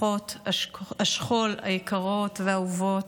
משפחות השכול היקרות והאהובות,